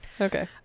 Okay